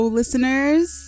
listeners